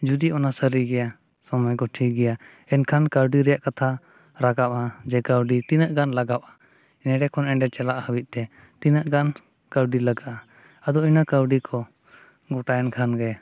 ᱡᱩᱫᱤ ᱚᱱᱟ ᱥᱟᱹᱨᱤ ᱜᱮᱭᱟ ᱥᱚᱢᱚᱭ ᱠᱚ ᱴᱷᱤᱠᱜᱮᱭᱟ ᱮᱱᱠᱷᱟᱱ ᱠᱟᱹᱣᱰᱤ ᱨᱮᱭᱟᱜ ᱠᱟᱛᱷᱟ ᱨᱟᱠᱟᱵᱽᱼᱟ ᱡᱮ ᱠᱟᱹᱣᱰᱩ ᱛᱤᱱᱟᱹᱜ ᱜᱟᱱ ᱞᱟᱜᱟᱜᱼᱟ ᱱᱚᱸᱰᱮ ᱠᱷᱚᱱ ᱚᱸᱰᱮ ᱪᱟᱞᱟᱜ ᱞᱟᱹᱜᱤᱫᱼᱛᱮ ᱛᱤᱱᱟᱹᱜ ᱜᱟᱱ ᱠᱟᱹᱣᱰᱤ ᱞᱟᱜᱟᱜᱼᱟ ᱟᱫᱚ ᱤᱱᱟᱹ ᱠᱟᱹᱣᱰᱤ ᱠᱚ ᱜᱚᱴᱟᱭᱮᱱ ᱠᱷᱟᱱᱜᱮ